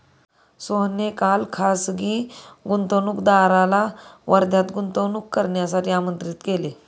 सोहनने काल खासगी गुंतवणूकदाराला वर्ध्यात गुंतवणूक करण्यासाठी आमंत्रित केले